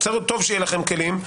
טוב שיש לכם כלים,